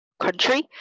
country